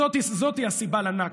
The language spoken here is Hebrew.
זאת הסיבה לנכבה.